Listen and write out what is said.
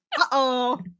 Uh-oh